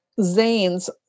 Zane's